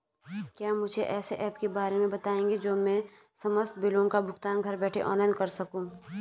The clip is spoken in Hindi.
क्या मुझे ऐसे ऐप के बारे में बताएँगे जो मैं समस्त बिलों का भुगतान घर बैठे ऑनलाइन कर सकूँ?